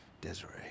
Desiree